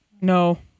no